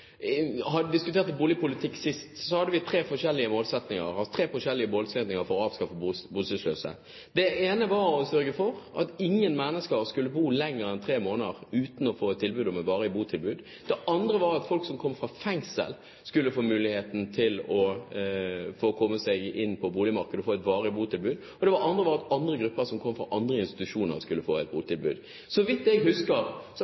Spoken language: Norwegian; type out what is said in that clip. diskuterte boligpolitikk sist, hadde vi tre forskjellige målsettinger for å avskaffe bostedsløshet: Det ene var å sørge for at ingen mennesker skulle bo lenger enn tre måneder uten å få tilbud om et varig botilbud. Det andre var at folk som kom fra fengsel, skulle få muligheten til å komme seg inn på boligmarkedet og få et varig botilbud. Og det tredje var at andre grupper som kom fra andre institusjoner, skulle få et botilbud. Så vidt jeg husker,